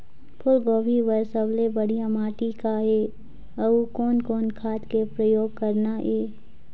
फूलगोभी बर सबले बढ़िया माटी का ये? अउ कोन कोन खाद के प्रयोग करना ये?